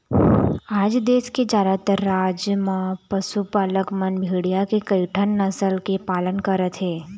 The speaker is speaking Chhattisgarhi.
आज देश के जादातर राज म पशुपालक मन भेड़िया के कइठन नसल के पालन करत हे